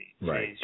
right